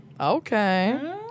Okay